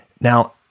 Now